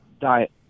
diet